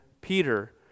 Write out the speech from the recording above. Peter